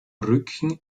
rücken